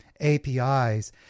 APIs